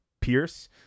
Pierce